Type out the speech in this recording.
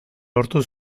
lortu